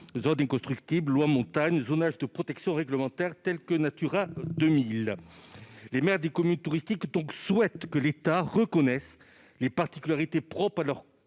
zones inconstructibles, à la loi Montagne ou aux zonages de protection réglementaire comme Natura 2000. Les maires des communes touristiques souhaitent donc que l'État reconnaisse les particularités propres à leurs